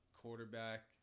quarterback